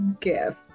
gift